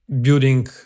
building